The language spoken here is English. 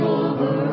over